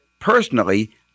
Personally